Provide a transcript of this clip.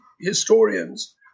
historians